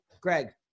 Greg